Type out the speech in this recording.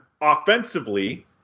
offensively